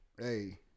hey